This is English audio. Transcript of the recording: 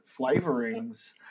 flavorings